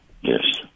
Yes